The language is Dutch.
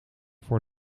voor